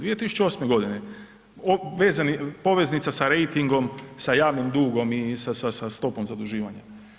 2008. godine, poveznica sa rejtingom, sa javnim dugom i sa stopom zaduživanja.